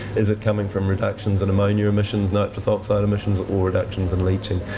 is it coming from reductions in ammonia emissions, nitrous oxide emissions, or reductions in leaching?